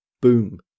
boom